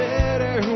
better